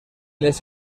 les